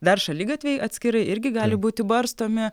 dar šaligatviai atskirai irgi gali būti barstomi